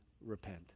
repent